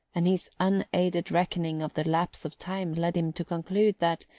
and his unaided reckoning of the lapse of time led him to conclude that,